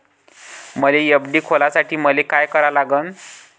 मले एफ.डी खोलासाठी मले का करा लागन?